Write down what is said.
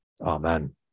amen